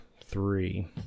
three